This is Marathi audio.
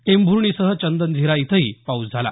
टेंभूर्णीसह चंदनझीरा इथंही पाऊस झाला